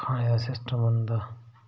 खाने दा सिस्टम बनदा